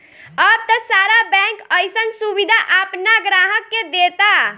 अब त सारा बैंक अइसन सुबिधा आपना ग्राहक के देता